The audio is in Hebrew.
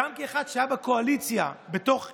גם כאחד שהיה בקואליציה בתוך עירייה,